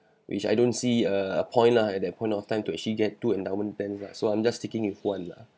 which I don't see uh a point lah at that point of time to actually get two endowment plans ah so I'm just sticking with one lah